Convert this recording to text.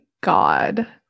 God